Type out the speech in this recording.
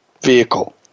vehicle